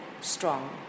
strong